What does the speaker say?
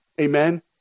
Amen